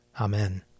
Amen